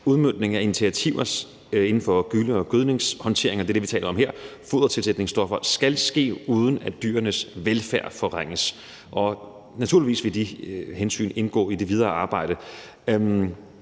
udmøntning af initiativer inden for gylle- og gødningshåndtering, og det er det, vi taler om her, og fodertilsætningsstoffer skal ske, uden at dyrenes velfærd forringes. Naturligvis vil de hensyn indgå i det videre arbejde.